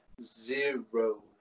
zero